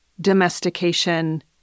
domestication